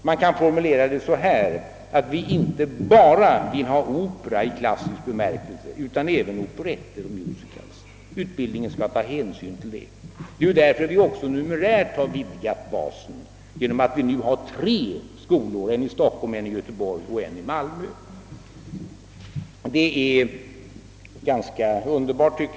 Man kan formulera det så att vi inte bara vill ha opera i klassisk bemärkelse, utan även operetter och musicals, och att utbildningen skall ta hänsyn till detta. Det är därför vi också numerärt har vidgat basen genom att ha tre skolor: en i Stockholm, en i Göteborg och en i Malmö.